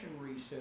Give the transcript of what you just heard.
research